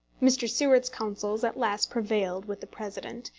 mr. seward's counsels at last prevailed with the president,